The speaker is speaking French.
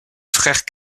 frère